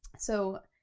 so,